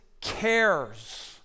cares